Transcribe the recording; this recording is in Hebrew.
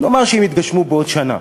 נאמר שהן יתגשמו בעוד שנה,